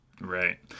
Right